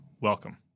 welcome